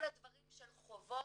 כל הדברים של חובות,